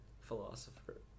Philosopher